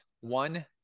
One